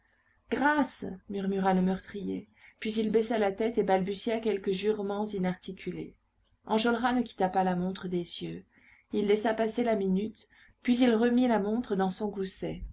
grâce murmura le meurtrier puis il baissa la tête et balbutia quelques jurements inarticulés enjolras ne quitta pas la montre des yeux il laissa passer la minute puis il remit la montre dans son gousset